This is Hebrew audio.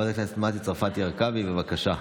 חברת הכנסת מטי צרפתי הרכבי, בבקשה.